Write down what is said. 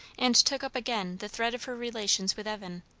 and took up again the thread of her relations with evan,